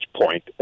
point